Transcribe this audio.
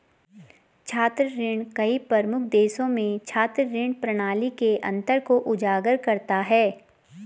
छात्र ऋण कई प्रमुख देशों में छात्र ऋण प्रणाली के अंतर को उजागर करता है